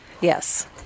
yes